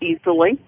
easily